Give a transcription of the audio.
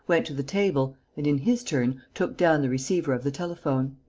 went to the table and, in his turn, took down the receiver of the telephone